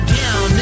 down